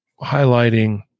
highlighting